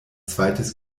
zweites